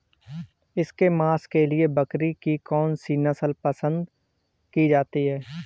इसके मांस के लिए बकरी की कौन सी नस्ल पसंद की जाती है?